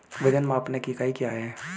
वजन मापने की इकाई क्या है?